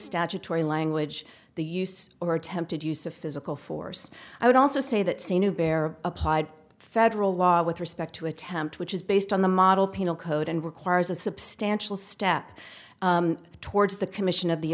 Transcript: statutory language the use or attempted use of physical force i would also say that seem to bear applied federal law with respect to attempt which is based on the model penal code and requires a substantial step towards the commission of the